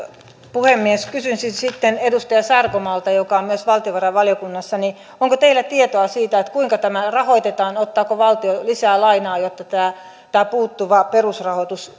puhemies kysyisin sitten edustaja sarkomaalta joka on myös valtiovarainvaliokunnassa onko teillä tietoa siitä kuinka tämä rahoitetaan ottaako valtio lisää lainaa jotta tämä kansaneläkelaitokselta puuttuva perusrahoitus